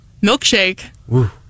milkshake